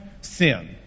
sin